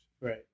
Right